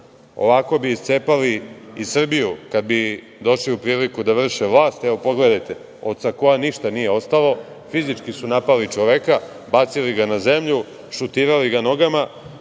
Ovako bi iscepali i Srbiju kad bi došli u priliku da vrše vlast. Evo, pogledajte, od sakoa ništa nije ostalo. Fizički su napali čoveka, bacili ga na zemlju, šutirali ga nogama